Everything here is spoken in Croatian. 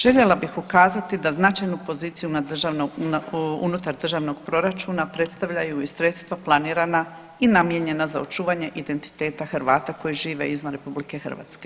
Željela bih ukazati da značajnu poziciju na državnu, unutar državnog proračuna predstavljaju i sredstva planirana i namijenjena za očuvanje identiteta Hrvata koji žive izvan RH.